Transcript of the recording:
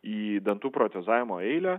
į dantų protezavimo eilę